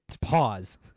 pause